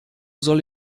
soll